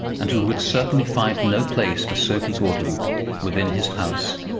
and who would certainly find no place for sophie gordeloup within his house.